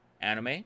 anime